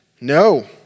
No